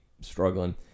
struggling